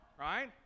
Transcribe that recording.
right